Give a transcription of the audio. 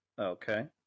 Okay